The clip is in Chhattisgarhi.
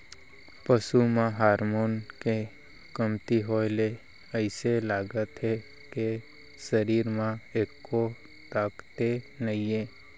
पसू म हारमोन के कमती होए ले अइसे लागथे के सरीर म एक्को ताकते नइये